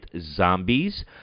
zombies